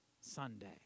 Sunday